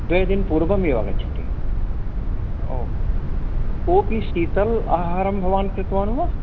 द्विदिनात् पूर्वमेव आगच्छति ओ कोपि शीतल आहारं भवान् कृतवान् वा